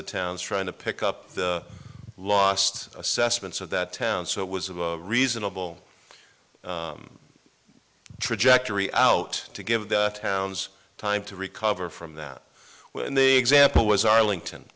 the towns trying to pick up the last assessments of that town so it was a reasonable trajectory out to give the town's time to recover from that when the example was arlington